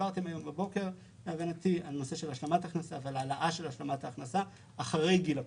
דיברתם הבוקר על השלמת הכנסה ועל העלאת השלמת ההכנסה אחרי גיל הפרישה.